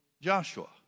Joshua